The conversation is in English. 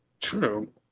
True